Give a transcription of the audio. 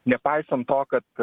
nepaisant to kad